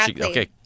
Okay